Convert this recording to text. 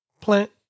plant